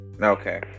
okay